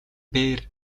бээр